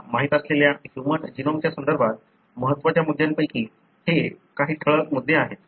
आपल्याला माहित असलेल्या ह्यूमन जीनोमच्या संदर्भात महत्वाच्या मुद्द्यांपैकी हे काही ठळक मुद्दे आहेत